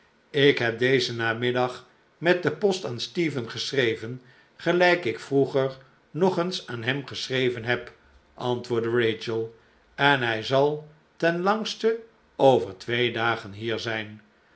ik heb dezen namiddag met de post aan stephen geschreven gelijk ik vroeger nog eens aan hem geschreven heb antwoordde rachel en hij zal ten langste over twee dagen hier zijn